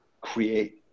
create